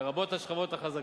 לרבות השכבות החזקות,